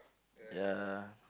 ya